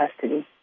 custody